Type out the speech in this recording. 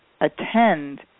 attend